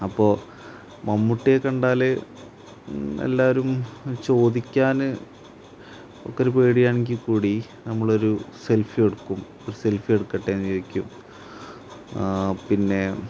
അപ്പോൾ മമ്മൂട്ടിയെ കണ്ടാൽ എല്ലാവരും ചോദിക്കാൻ അമുക്കൊരു പേടിയാണെങ്കിൽക്കൂടി നമ്മളൊരു സെൽഫി എടുക്കും ഒരു സെൽഫി എടുക്കട്ടേയെന്നു ചോദിക്കും പിന്നെ